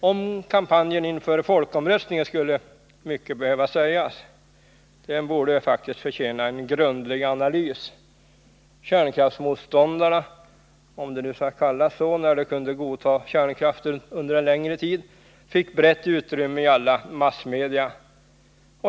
Om kampanjen inför folkomröstningen skulle mycket behöva sägas; den borde faktiskt förtjäna en grundlig analys. Kärnkraftsmotståndarna — om de nu skall kallas så, när de kunde godta kärnkraften under en längre tid — fick brett utrymme i alla massmedia.